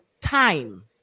time